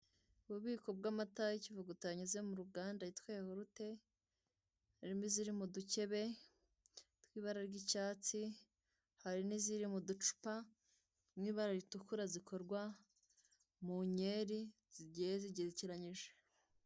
Ububiko bw'amata y'ikivuguto yanyuze mu ruganda yitwa yahurute, harimo iziri mu dukebe tw'ibara ry'icyatsi, hari n'iziri mu ducupa mu ibara ritukura zikorwa mu nkeri zigiye zigerekeranyije.